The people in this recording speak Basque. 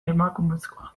emakumezkoa